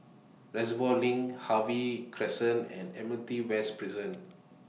Reservoir LINK Harvey Crescent and Admiralty West Prison